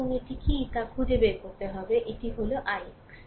এবং এটি কি তা খুঁজে বের করতে হবে এটি হল ix কী